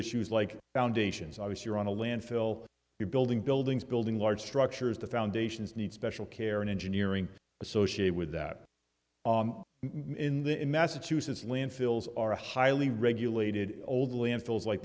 issues like foundations obvious you're on a landfill you're building buildings building large structures the foundations need special care and engineering associated with that in the in massachusetts landfills are a highly regulated old landfills like